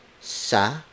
sa